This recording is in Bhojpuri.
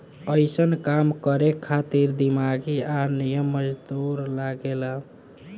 अइसन काम करे खातिर दिमागी आ निमन मजदूर लागे ला